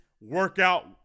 workout